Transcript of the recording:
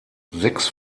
sechs